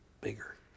bigger